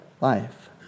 life